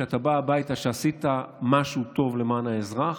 כשאתה בא הביתה אחרי שעשית משהו טוב למען האזרח.